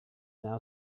now